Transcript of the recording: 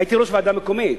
הייתי ראש ועדה מקומית.